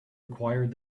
required